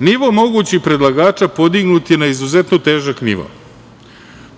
nivo mogućih predlagača podignut je na izuzetno težak nivo,